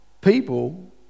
people